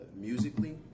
musically